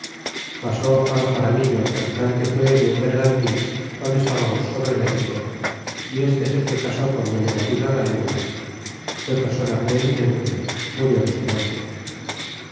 pasó juan xaramillo capitan que fué de un b ergantin guando estábamos sobre méxico y este es el que rasó condoña marina la lengua fité persona pr eeminente murió de su muerte